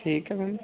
ਠੀਕ ਹੈ ਮੈਮ